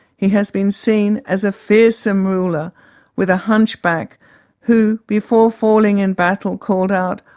he has been seen as a fearsome ruler with a hunch back who before falling in battle called out,